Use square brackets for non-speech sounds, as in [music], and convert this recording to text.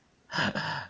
[laughs]